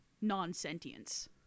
non-sentience